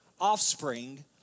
offspring